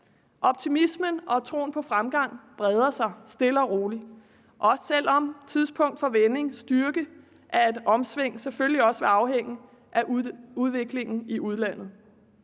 Optimismen og troen på fremgang breder sig stille og roligt, selv om tidspunkt for vending og styrke af et omsving selvfølgelig også vil afhænge af udviklingen i udlandet.